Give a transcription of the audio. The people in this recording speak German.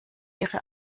ihre